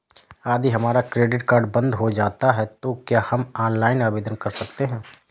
यदि हमारा credit card बंद हो जाता है तो क्या हम ऑनलाइन आवेदन कर सकते हैं?